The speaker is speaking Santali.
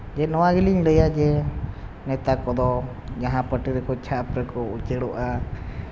ᱡᱮ ᱱᱚᱣᱟ ᱜᱮᱞᱤᱧ ᱞᱟᱹᱭᱟ ᱡᱮ ᱱᱮᱛᱟ ᱠᱚᱫᱚ ᱡᱟᱦᱟᱸ ᱯᱟᱨᱴᱤ ᱪᱷᱟᱯ ᱨᱮᱠᱚ ᱩᱪᱟᱹᱲᱚᱜᱼᱟ